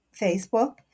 Facebook